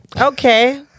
okay